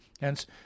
Hence